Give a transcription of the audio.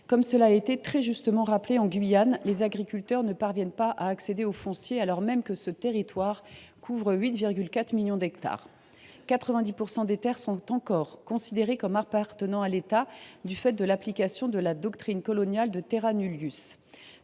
Comme cela a été très justement rappelé, en Guyane, les agriculteurs ne parviennent pas à accéder au foncier, alors même que ce territoire couvre 8,4 millions d’hectares. De fait, 90 % des terres sont encore considérées comme appartenant à l’État du fait de l’application de la doctrine coloniale de la. Depuis